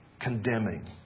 condemning